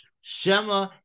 shema